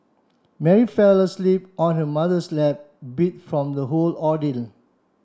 Mary fell asleep on her mother's lap beat from the whole ordeal